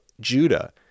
Judah